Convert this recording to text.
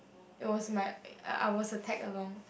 it was my I was a tag along